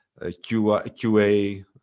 QA